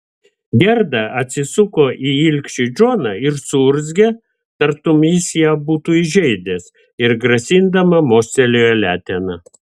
gerda atsisuko į ilgšį džoną ir suurzgė tartum jis ją būtų įžeidęs ir grasindama mostelėjo letena